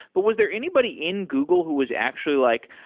but was there anybody in google who was actually like,